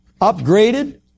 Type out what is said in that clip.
upgraded